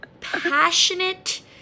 passionate